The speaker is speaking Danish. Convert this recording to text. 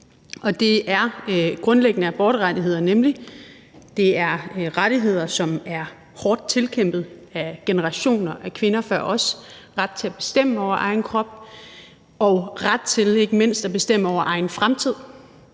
retten til fri abort. Det er rettigheder, som er hårdt tilkæmpet af generationer af kvinder før os – retten til at bestemme over egen krop og ikke mindst retten til at bestemme over egen fremtid.